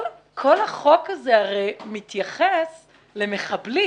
הרי כל החוק הזה מתייחס למחבלים,